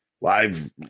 live